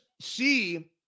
see